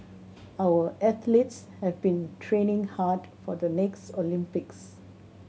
our athletes have been training hard for the next Olympics